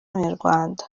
n’abanyarwanda